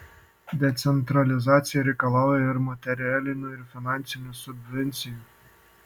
decentralizacija reikalauja ir materialinių ir finansinių subvencijų